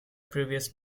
previous